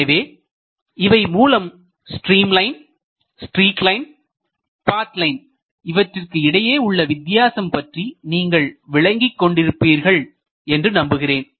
எனவே இவை மூலம் ஸ்ட்ரீம் லைன்ஸ்ட்ரீக் லைன்பாத் லைன் இவற்றிற்கு இடையே உள்ள வித்தியாசம் பற்றி நீங்கள் விளங்கிக் கொண்டிருப்பீர்கள் என்று நம்புகிறேன்